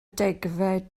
degfed